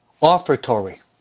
offertory